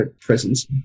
presence